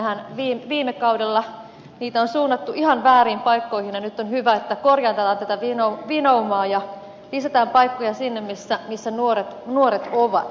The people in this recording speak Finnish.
niitähän on viime kaudella suunnattu ihan vääriin paikkoihin ja nyt on hyvä että korjataan tätä vinoumaa ja lisätään paikkoja sinne missä nuoret ovat